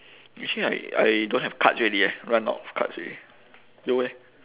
actually I I don't have cards already eh run out of cards already you eh